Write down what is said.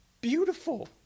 beautiful